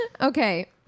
Okay